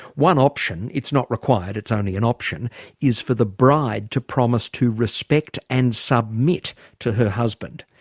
one option it's not required, it's only an option is for the bride to promise to respect and submit to her husband.